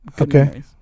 Okay